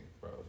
bro